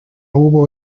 hubo